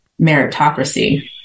meritocracy